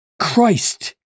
Christ